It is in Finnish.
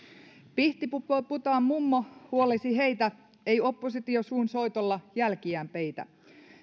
pihtiputaanmummo huolesi heitä ei oppositio suunsoitolla jälkiään peitä